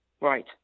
Right